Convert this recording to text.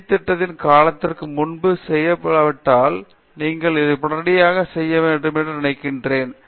D திட்டத்தின் காலத்திற்கு முன்பே செய்யாவிட்டால் நீங்கள் இதை உடனடியாக செய்ய வேண்டும் என நினைக்கிறேன்